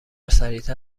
سریعتر